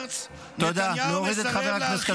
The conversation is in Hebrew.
עופר כסיף (חד"ש-תע"ל): -- נתניהו מנע את יציאת צוות